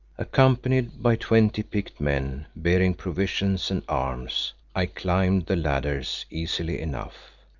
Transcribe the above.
accompanied by twenty picked men bearing provisions and arms, i climbed the ladders easily enough,